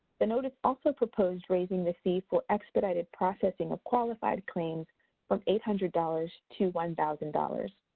the notice also proposed raising the fee for expedited processing of qualified claims from eight hundred dollars to one thousand dollars.